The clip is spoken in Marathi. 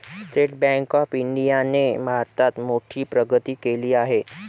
स्टेट बँक ऑफ इंडियाने भारतात मोठी प्रगती केली आहे